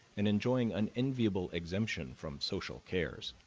and enjoying an enviable exemption from social cares.